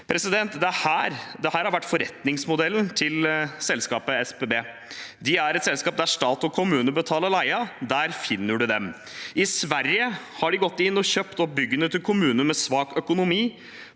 penger. Dette har vært forretningsmodellen til selskapet SBB. Det er et selskap der stat og kommune betaler leien – der finner man dem. I Sverige har de gått inn og kjøpt opp byggene til kommuner med svak økonomi.